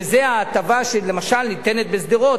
שזה ההטבה שלמשל ניתנת בשדרות.